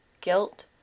guilt